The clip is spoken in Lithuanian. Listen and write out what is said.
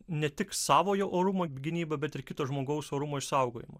ne tik savojo orumo gynyba bet ir kito žmogaus orumo išsaugojimą